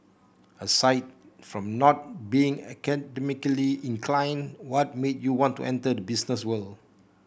aside from not being academically inclined what made you want to enter the business world